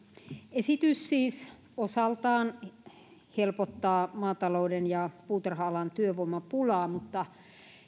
esitys siis osaltaan helpottaa maatalouden ja puutarha alan työvoimapulaa mutta